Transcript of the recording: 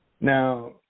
Now